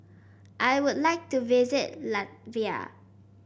I would like to visit Latvia